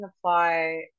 apply